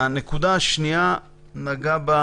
הנקודה השנייה, נגע בה